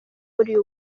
muri